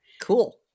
Cool